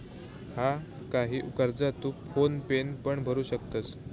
हा, काही कर्जा तू फोन पेन पण भरू शकतंस